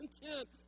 content